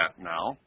now